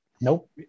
Nope